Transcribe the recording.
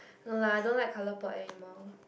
no lah I don't like colour port anymore